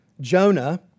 Jonah